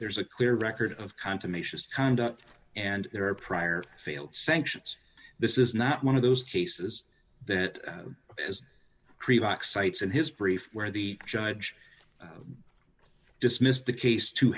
there's a clear record of confirmation conduct and there are prior failed sanctions this is not one of those cases that has creep like cites in his brief where the judge dismissed the case too